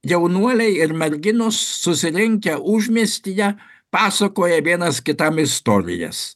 jaunuoliai ir merginos susirinkę užmiestyje pasakoja vienas kitam istorijas